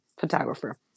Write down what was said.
photographer